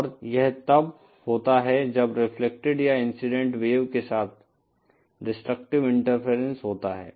और यह तब होता है जब रेफ़्लक्टेड या इंसिडेंट वेव के साथ डेसट्रक्टिव इंटरफेरेंस होता है